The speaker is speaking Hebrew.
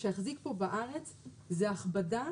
שיחזיק פה בארץ זו הכבדה